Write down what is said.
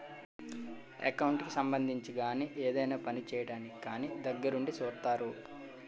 account కి సంబంధించి గాని ఏదైనా పని చేయడానికి కానీ దగ్గరుండి సూత్తారు